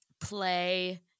play